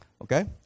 okay